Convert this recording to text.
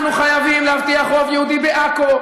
אנחנו חייבים להבטיח רוב יהודי בעכו,